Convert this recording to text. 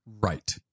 Right